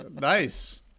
nice